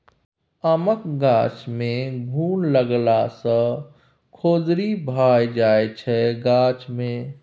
आमक गाछ मे घुन लागला सँ खोदरि भए जाइ छै गाछ मे